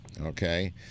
okay